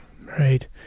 Right